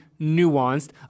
nuanced